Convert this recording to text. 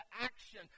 action